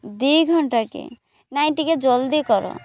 ଦୁଇ ଘଣ୍ଟାକେ ନାହିଁ ଟିକେ ଜଲ୍ଦି କର